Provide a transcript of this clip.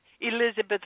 Elizabeth